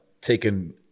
taken